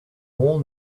old